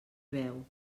veu